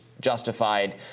justified